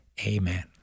amen